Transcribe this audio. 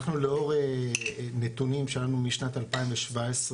אנחנו לאור נתונים שלנו משנת 2017,